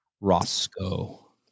Roscoe